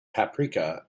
paprika